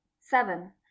seven